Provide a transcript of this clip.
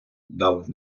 дав